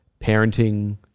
parenting